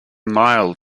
mild